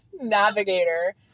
navigator